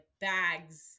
bags